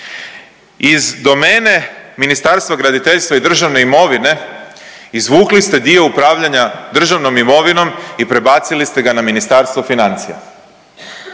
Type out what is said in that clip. Iz domene Ministarstva graditeljstva i državne imovine izvukli ste dio upravljanja državnom imovinom i prebacili ste ga na Ministarstvo financija.